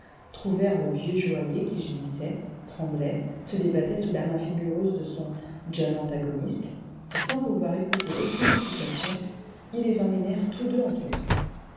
trouvèrent le vieux joaillier qui gémissait tremblait se débattait sous la main vigoureuse de son jeune antagoniste et sans vouloir écouter aucune explication ils les emmenèrent tous deux en prison